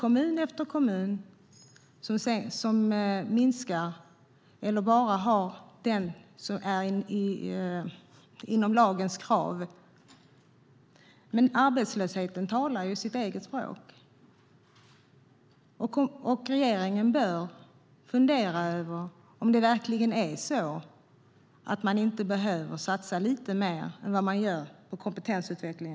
Kommun efter kommun erbjuder bara det som lagen kräver. Arbetslösheten talar sitt eget språk. Regeringen bör fundera över om man inte behöver satsa lite mer än vad man gör på kompetensutveckling.